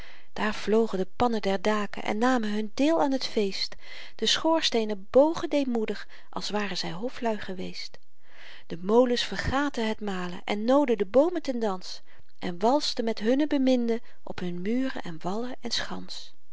daar vlogen de pannen der daken en namen hun deel aan het feest de schoorsteenen bogen deemoedig als waren zy hoflui geweest de molens vergaten het malen en noodden de boomen ten dans en walsten met hunne beminden op hun muren en wallen en schans